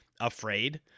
afraid